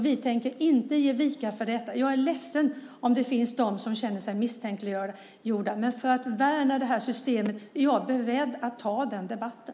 Vi tänker inte ge vika. Jag är ledsen om det finns de som känner sig misstänkliggjorda. Men för att värna det här systemet är jag beredd att ta den debatten.